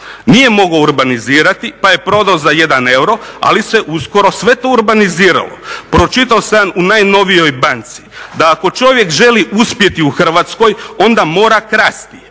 nije mogao urbanizirati pa je prodao za 1 euro, ali se uskoro sve to urbaniziralo. Pročitao sam u najnovijoj banci da ako čovjek želi uspjeti u Hrvatskoj onda mora krasti,